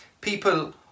People